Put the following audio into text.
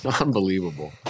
unbelievable